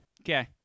Okay